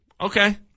Okay